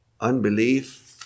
unbelief